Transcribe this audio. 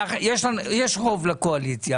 יש רוב לקואליציה.